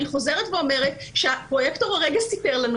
אני חוזרת ומזכירה שהפרויקטור כרגע סיפר לנו